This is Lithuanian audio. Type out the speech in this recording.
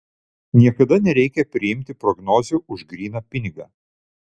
niekada nereikia priimti prognozių už gryną pinigą